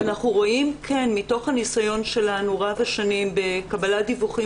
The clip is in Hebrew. אנחנו רואים מתוך הניסון רב-השנים שלנו בקבלת דיווחים